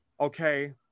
okay